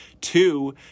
Two